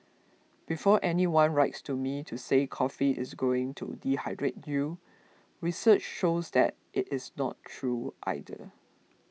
before anyone writes to me to say coffee is going to dehydrate you research shows that it is not true either